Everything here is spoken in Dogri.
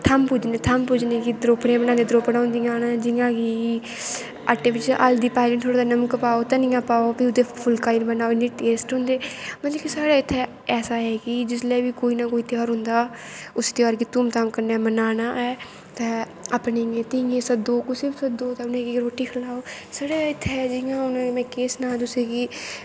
थम्म पूजने थम्म पूजने गी द्रोपड़े बनाने द्रोपड़ां होंदियां न जियां कि आटे बिच्च हल्दी पाई थोह्ड़ा जेहा नमक पाओ धनिया पाओ भी ओह्दे फुल्का जन बनाओ इन्ने टेस्ट होंदे न मतलब कि साढ़े इत्थै ऐसा ऐ कि जिसलै बी कोई ना कोई तेहार होंदा उस तेहार गी धूम धाम कन्नै मनाना ऐ ते अपनियें धीयें गी सद्दो कुसै गी बी सद्दो ते उ'नें गी रुट्टी खलाओ साढ़ै इत्थै जियां हून में केह् सनां तुसें गी